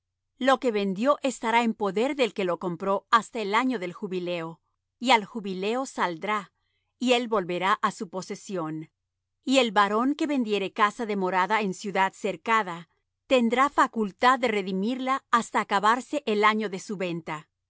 lo que vendió estará en poder del que lo compró hasta el año del jubileo y al jubileo saldrá y él volverá á su posesión y el varón que vendiere casa de morada en ciudad cercada tendrá facultad de redimirla hasta acabarse el año de su venta